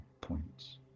points